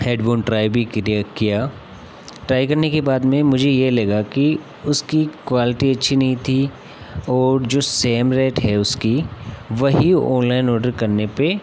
headphone try भी क्रिया किया ट्राई करने के बाद में मुझे यह लगा कि उसकी क्वाल्टी अच्छी नहीं थी और जो सेम रेट है उसकी वही ऑनलाइन ऑडर करने पर